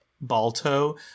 Balto